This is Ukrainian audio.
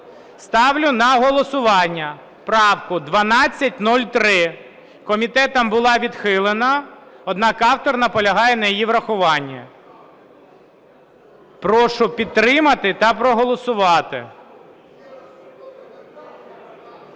Ставлю на голосування правку 1203, комітетом була відхилена, однак автор наполягає на її врахуванні. Прошу підтримати та проголосувати.